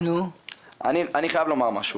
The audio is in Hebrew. אני חייב לומר משהו.